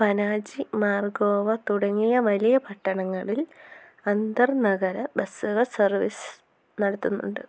പനാജി മർഗോവാ തുടങ്ങിയ വലിയ പട്ടണങ്ങളിൽ അന്തർ നഗര ബസുകൾ സർവീസ് നടത്തുന്നുണ്ട്